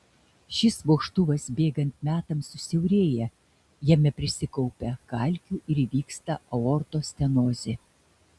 šis vožtuvas bėgant metams susiaurėja jame prisikaupia kalkių ir įvyksta aortos stenozė